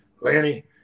Lanny